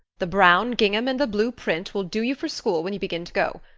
the brown gingham and the blue print will do you for school when you begin to go.